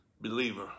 Believer